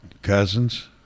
Cousins